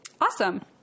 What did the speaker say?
awesome